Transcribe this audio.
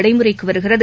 நடைமுறைக்குவருகிறது